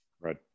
Right